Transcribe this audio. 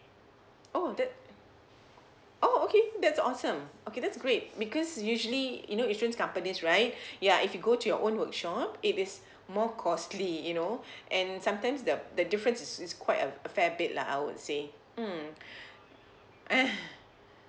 oh that oh okay that's awesome okay that's great because usually you know insurance companies right ya if you go to your own workshop it is more costly you know and sometimes the the difference is is quite a a fair bit lah I would say mm eh